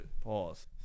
Pause